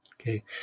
Okay